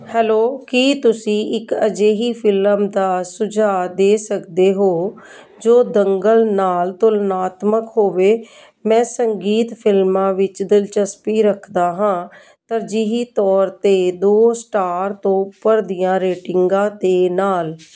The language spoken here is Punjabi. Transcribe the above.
ਹੈਲੋ ਕੀ ਤੁਸੀਂ ਇੱਕ ਅਜਿਹੀ ਫਿਲਮ ਦਾ ਸੁਝਾਅ ਦੇ ਸਕਦੇ ਹੋ ਜੋ ਦੰਗਲ ਨਾਲ ਤੁਲਨਾਤਮਕ ਹੋਵੇ ਮੈਂ ਸੰਗੀਤ ਫਿਲਮਾਂ ਵਿੱਚ ਦਿਲਚਸਪੀ ਰੱਖਦਾ ਹਾਂ ਤਰਜੀਹੀ ਤੌਰ 'ਤੇ ਦੋ ਸਟਾਰ ਤੋਂ ਉੱਪਰ ਦੀਆਂ ਰੇਟਿੰਗਾਂ ਦੇ ਨਾਲ